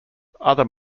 other